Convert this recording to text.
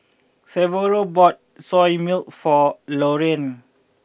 Severo bought Soya Milk for Lorrayne